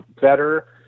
better